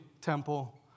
temple